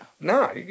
No